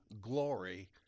glory